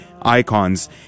icons